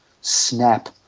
snap